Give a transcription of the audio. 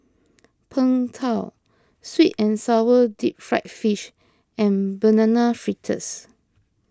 Png Tao Sweet and Sour Deep Fried Fish and Banana Fritters